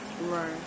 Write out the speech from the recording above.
Right